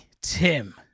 Tim